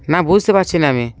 না বুঝতে পারছি না আমি